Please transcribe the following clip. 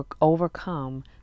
overcome